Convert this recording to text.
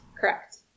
Correct